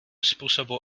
způsobu